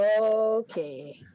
Okay